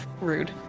rude